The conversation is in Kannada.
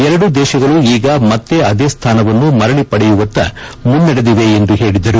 ಎರಡೂ ದೇಶಗಳು ಈಗ ಮತ್ತೆ ಅದೇ ಸ್ಥಾನವನ್ನು ಮರಳಿ ಪಡೆಯುವತ್ತ ಮುನ್ನಡೆದಿವೆ ಎಂದು ಹೇಳಿದರು